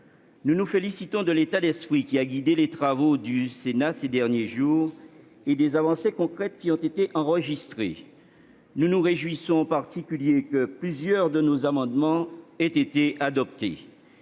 Nous nous félicitons de l'état d'esprit qui a guidé les travaux du Sénat ces derniers jours et des avancées concrètes qui ont été enregistrées. Nous nous réjouissons, en particulier, que plusieurs de nos amendements aient été adoptés.